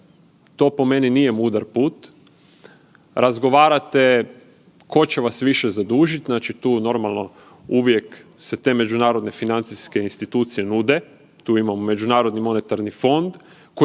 To po meni nije mudar put. Razgovarate tko će vas više zadužiti, znači tu normalno uvijek se te međunarodne financijske institucije nude. Tu imamo međunarodni monetarni fond